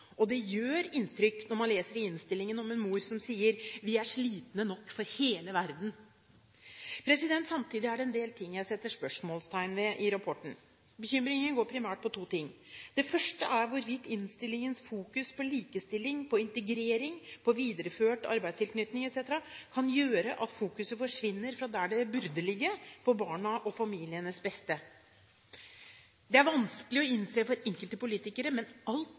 og det gjør inntrykk når man leser i innstillingen om en mor som sier: «Vi er slitne nok for hele verden». Samtidig er det en del ting jeg setter spørsmålstegn ved i rapporten. Bekymringen går primært på to ting. Det første er hvorvidt innstillingens fokus på likestilling, integrering, videreført arbeidstilknytning etc. kan gjøre at fokuset forsvinner fra der det burde ligge – på barnas og familienes beste. Det er vanskelig å innse for enkelte politikere, men alt